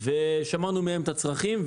שמענו מהם את הצרכים.